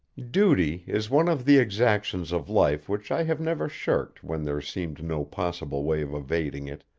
duty is one of the exactions of life which i have never shirked when there seemed no possible way of evading it,